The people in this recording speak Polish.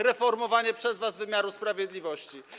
reformowanie przez was wymiaru sprawiedliwości.